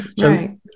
right